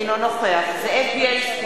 אינו נוכח זאב בילסקי,